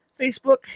Facebook